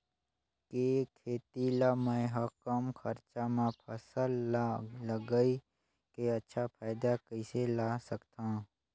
के खेती ला मै ह कम खरचा मा फसल ला लगई के अच्छा फायदा कइसे ला सकथव?